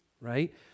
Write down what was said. right